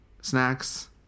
snacks